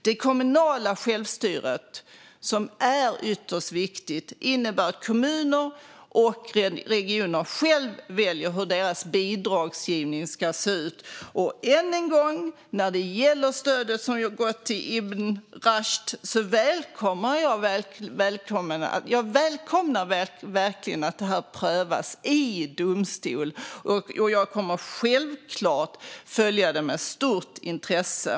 Det kommunala självstyret, som är ytterst viktigt, innebär att kommuner och regioner själva väljer hur deras bidragsgivning ska se ut. Än en gång: När det gäller stödet till Ibn Rushd välkomnar jag verkligen att detta prövas i domstol. Jag kommer självklart att följa det med stort intresse.